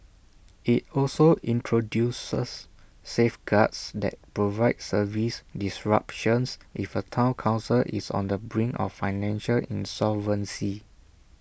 IT also introduces safeguards that provide service disruptions if A Town Council is on the brink of financial insolvency